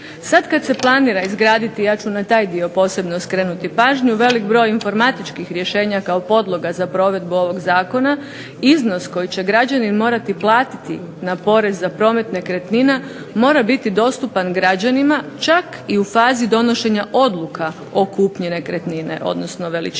Sad kad se planira izgraditi, ja ću na taj dio posebno skrenuti pažnju, velik broj informatičkih rješenja kao podloga za provedbu ovog zakona, iznos koji će građanin morati platiti na porez za promet nekretnina mora biti dostupan građanima, čak i u fazi donošenja odluka o kupnji nekretnine, odnosno veličine